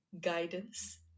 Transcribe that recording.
guidance